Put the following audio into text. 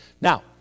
Now